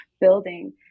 building